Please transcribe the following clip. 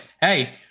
hey